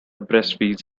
breastfeeds